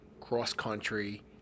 cross-country